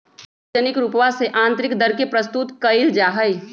सार्वजनिक रूपवा से आन्तरिक दर के प्रस्तुत कइल जाहई